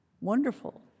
Wonderful